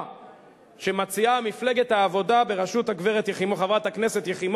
שמציעה מפלגת העבודה בראשות הגברת יחימוביץ,